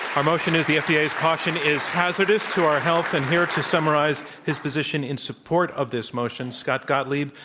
our motion is the yeah fda's caution is hazardous to our health. and here to summarize his position in support of this motion, scott gottlieb.